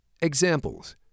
Examples